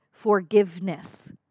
forgiveness